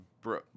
Bro